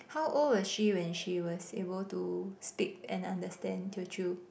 how old was she when she was able to speak and understand Teochew